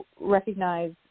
recognize